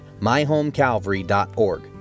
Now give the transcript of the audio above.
myhomecalvary.org